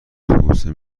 اتوبوسه